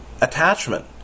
attachment